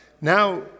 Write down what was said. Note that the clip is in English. Now